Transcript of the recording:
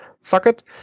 socket